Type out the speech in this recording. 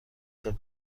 صبح